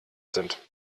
sind